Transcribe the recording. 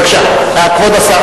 בבקשה, כבוד השר.